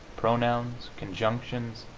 pronouns, conjunctions,